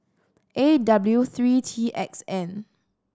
A W three T X N